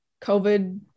covid